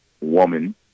woman